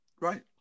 Right